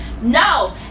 No